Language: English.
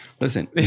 Listen